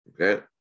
Okay